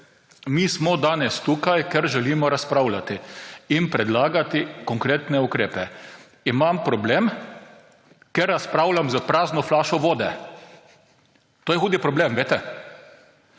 Mi smo danes tukaj, ker želimo razpravljati in predlagati konkretne ukrepe. Imam problem, ker razpravljam s prazno flašo vode. To je hud problem, veste.